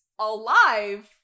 alive